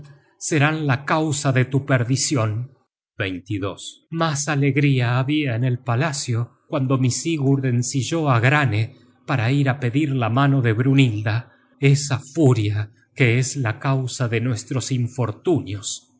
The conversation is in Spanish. serán la causa de tu perdicion mas alegría habia en el palacio cuando mi sigurd ensilló á granne para ir á pedir la mano de brynhilda esa furia que es la causa de nuestros infortunios